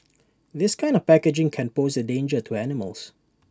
this kind of packaging can pose A danger to animals